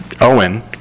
Owen